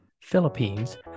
Philippines